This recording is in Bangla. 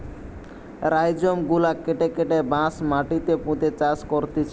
রাইজোম গুলা কেটে কেটে বাঁশ মাটিতে পুঁতে চাষ করতিছে